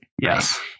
Yes